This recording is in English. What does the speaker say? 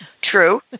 True